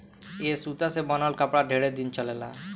ए सूता से बनल कपड़ा ढेरे दिन चलेला